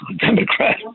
Democrat